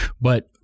But-